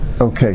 Okay